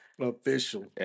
official